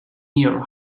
your